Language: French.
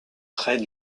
près